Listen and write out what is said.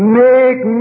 make